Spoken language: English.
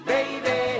Baby